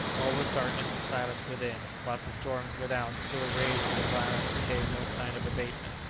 all was darkness and silence within, whilst the storm without still raged with a violence that gave no sign of abatement.